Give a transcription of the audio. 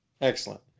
Excellent